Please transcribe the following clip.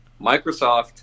Microsoft